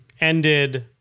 ended